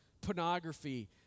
pornography